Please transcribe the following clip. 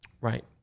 Right